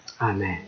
amen